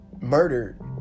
murdered